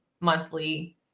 monthly